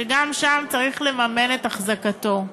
וגם שם צריך לממן את החזקתו.